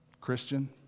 Christian